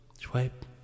Swipe